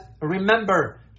remember